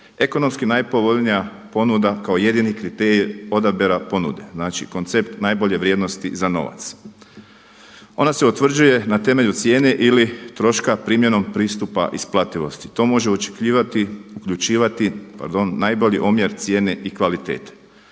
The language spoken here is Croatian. Ekonomski najpovoljnija ponuda kao jedini kriterij odabira ponude, znači koncept najbolje vrijednosti za novac. Ona se utvrđuje na temelju cijene ili troška primjenom pristupa isplativosti. To može uključivati najbolji omjer cijene i kvalitete.